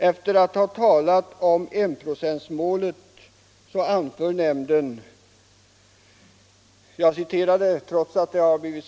Det har blivit citerat förut i hela sin längd, men jag citerar ändå ett avsnitt ur det.